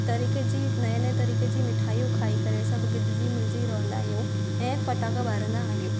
तरीके जी नएं नएं तरीके जी मिठाइयूं खाई करे सभु गॾिजी मिलजी रहंदा आहियूं ऐं फ़टाका ॿारींदा आहियूं